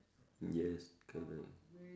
yes correct